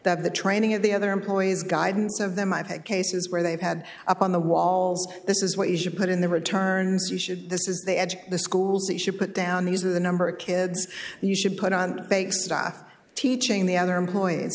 that the training of the other employees guidance of them i've had cases where they've had up on the walls this is what you should put in the returns you should this is the edge of the schools they should put down these are the number of kids you should put on basic stuff teaching the other employees